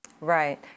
Right